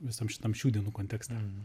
visam šitam šių dienų kontekste